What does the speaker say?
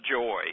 joy